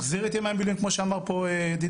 תחזיר את ימי המילואים כמו שאמר פה ידידי,